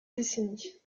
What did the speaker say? décennies